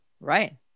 Right